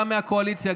גם מהקואליציה,